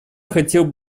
хотел